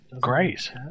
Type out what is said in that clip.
great